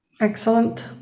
Excellent